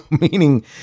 meaning